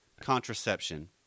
contraception